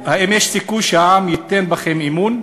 לרעהו, האם יש סיכוי שהעם ייתן בכם אמון?